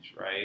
right